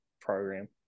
program